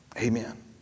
Amen